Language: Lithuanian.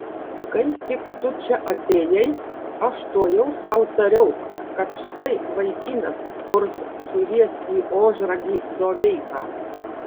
kai tik tu čia atėjai aš tuojau sau tariau kad štai vaikinas kurs suries į ožragį doveiką